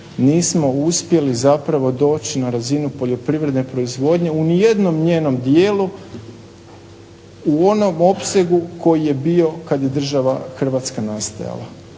nismo uspjeli zapravo doći na razinu poljoprivredne proizvodnje u nijednom njenom dijelu u onom opsegu koji je bio kad je država Hrvatska nastajala.